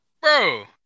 bro